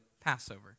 Passover